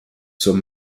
zur